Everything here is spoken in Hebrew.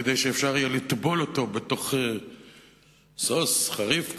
כדי שאפשר יהיה לטבול אותו בתוך sauce חריף,